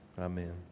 Amen